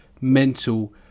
mental